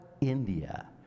India